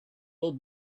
will